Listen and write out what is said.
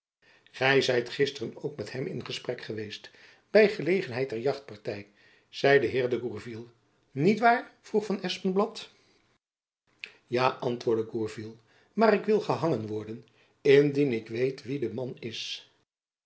zijt gisteren ook met hem in gesprek geweest by gelegenheid der jachtparty mijn heer de gourville niet waar vroeg van espenblad ja antwoordde gourville maar ik wil gehangen worden indien ik weet wie de man is